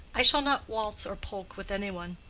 i shall not waltz or polk with any one.